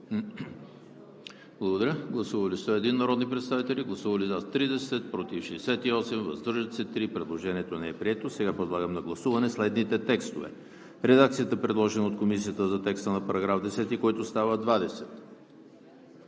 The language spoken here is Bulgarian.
Иванов. Гласували 101 народни представители: за 30, против 68, въздържали се 3. Предложението не е прието. Сега подлагам на гласуване следните текстове: редакцията, предложена от Комисията за текста на § 10, който става §